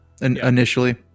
initially